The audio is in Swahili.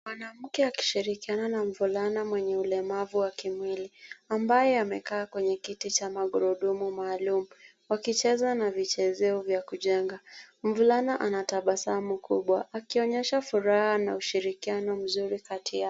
Mwanamke akishirikiana na mvulana mwenye ulemavu wa kimwili ambaye amekaa kwenye kiti cha magurudumu maalum wakicheza na vichezeo vya kujenga. Mvulana ana tabasamu kubwa akionyesha furaha na ushirikiano mzuri kati yao.